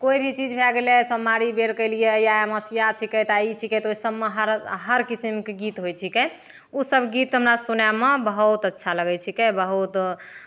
कोइ भी चीज भए गेलै सोमवारी बेढ़ कैलियै या आमावस्या छिकै तऽ आइ ई छिकै तऽ ओहिसभमे हर हर किस्मके गीत होइ छिकै ओसभ गीत हमरा सुनयमे बहुत अच्छा लगै छिकै बहुत